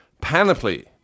Panoply